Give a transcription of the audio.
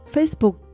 Facebook